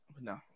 No